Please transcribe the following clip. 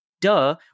duh